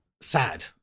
sad